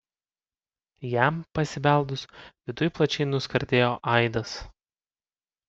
jam pasibeldus viduj plačiai nuskardėjo aidas